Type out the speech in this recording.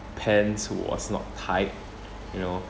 pants was not tight you know